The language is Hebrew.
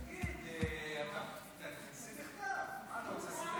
תגיד, תשים מכתב, מה אתה רוצה?